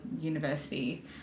university